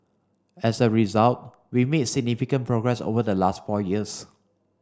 as a result we made significant progress over the last four years